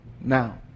now